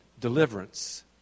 deliverance